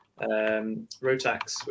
Rotax